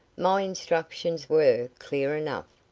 my instructions were clear enough.